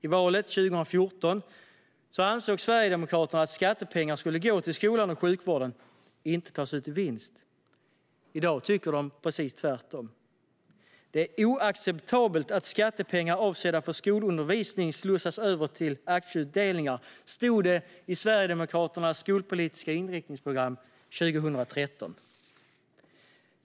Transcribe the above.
I valet 2014 ansåg Sverigedemokraterna att skattepengar skulle gå till skolan och sjukvården, och inte tas ut i vinst. I dag tycker de precis tvärtom. "Det är oacceptabelt att skattepengar avsedda för skolundervisning slussas över till aktieutdelningar." Så stod det i Sverigedemokraternas skolpolitiska inriktningsprogram 2013.